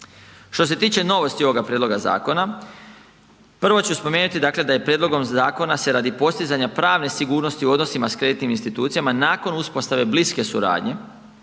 Što se tiče novosti ovoga prijedloga zakona, prvo ću spomenuti dakle da je prijedlogom zakona se radi postizanja pravne sigurnosti u odnosima sa kreditnim institucijama nakon uspostave bliske suradnje